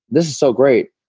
this is so great,